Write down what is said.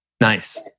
Nice